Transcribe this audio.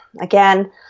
again